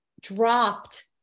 dropped